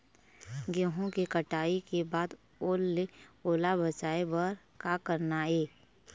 गेहूं के कटाई के बाद ओल ले ओला बचाए बर का करना ये?